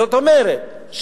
זאת אומרת,